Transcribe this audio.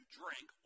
drink